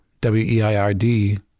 W-E-I-R-D